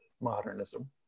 modernism